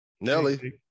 Nelly